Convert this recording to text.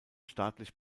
staatlich